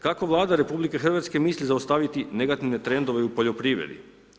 Kako Vlada RH misli zaustaviti negativne trendove u poljoprivredi?